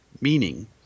meaning